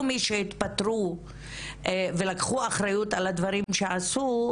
מי שהתפטרו ולקחו אחריות על הדברים שעשו,